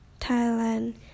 Thailand